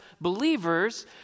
believers